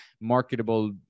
marketable